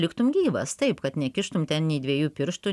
liktum gyvas taip kad nekištum ten nei dviejų pirštų